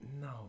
No